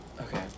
okay